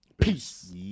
Peace